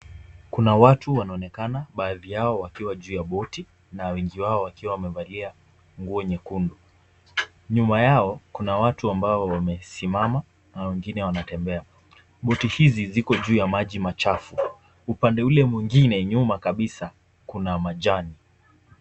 Kuna watu wanaonekana baadhi yao wakiwa juu ya boti na wengi wao wakiwa wamevalia nguo nyekundu. Nyuma yao kuna watu ambao wamesimama na wengine wanatembea. Boti hizi ziko juu ya maji machafu. Upande ule mwingine nyuma kabisa kuna majani.